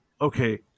okay